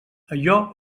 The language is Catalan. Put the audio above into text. allò